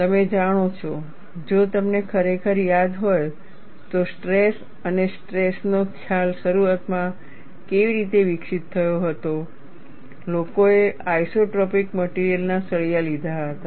તમે જાણો છો જો તમને ખરેખર યાદ હોય તો સ્ટ્રેસ અને સ્ટ્રેસ નો ખ્યાલ શરૂઆતમાં કેવી રીતે વિકસિત થયો હતો લોકોએ આઇસોટ્રોપિક મટિરિયલ ના સળિયા લીધા હતા